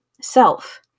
self